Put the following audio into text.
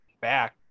back